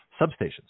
substations